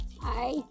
Hi